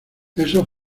eso